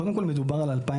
קודם כל, מדובר על 2,700